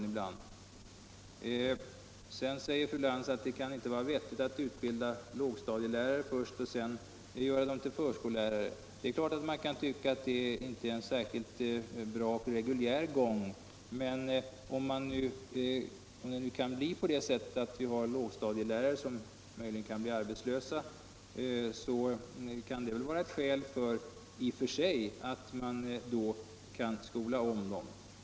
Fru Lantz säger att det inte kan vara vettigt att först utbilda lågstadielärare och sedan göra dem till förskollärare. Det är klart att man kan tycka att det inte är en särskilt bra reguljär gång, men om lågstadielärare skulle bli arbetslösa kan det väl i och för sig vara ett skäl att skola om dem.